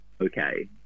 okay